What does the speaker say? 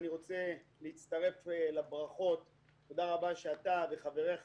אני רצה להצטרף לברכות; תודה רבה שאתה וחבריך